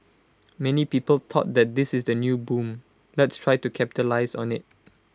many people thought that this is the new boom let's try to capitalise on IT